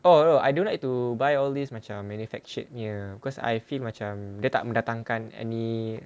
oh no I don't like to buy all these macam manufactured punya cause I feel macam dia tak mendatangkan any